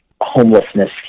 homelessness